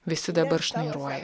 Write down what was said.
visi dabar šnairuoja